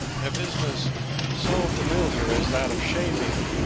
in a business so familiar as that of shaving,